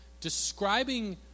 describing